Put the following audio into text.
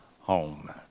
home